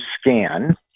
scan